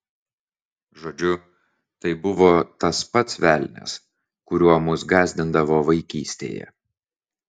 žodžiu tai buvo tas pats velnias kuriuo mus gąsdindavo vaikystėje